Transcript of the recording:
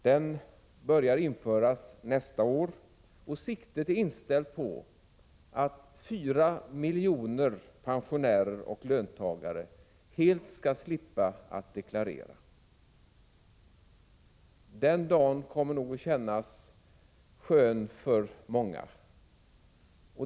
Den börjar införas nästa år, och siktet är inställt på att fyra miljoner pensionärer och löntagare helt skall slippa deklarera. Den dagen kommer nog att kännas skön för många.